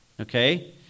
Okay